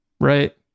right